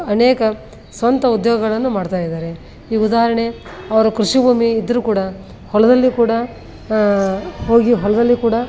ಅನೇಕ ಸ್ವಂತ ಉದ್ಯೋಗಗಳನ್ನು ಮಾಡ್ತಾಯಿದ್ದಾರೆ ಈಗ ಉದಾಹರಣೆ ಅವರು ಕೃಷಿ ಭೂಮಿ ಇದ್ದರು ಕೂಡ ಹೊಲದಲ್ಲಿಯೂ ಕೂಡ ಹೋಗಿ ಹೊಲದಲ್ಲಿಯೂ ಕೂಡ